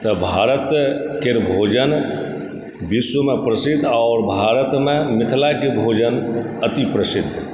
तऽ भारतके भोजन विश्वमे प्रसिद्ध आ भारतमे मिथिलाके भोजन अति प्रसिद्ध